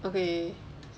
okay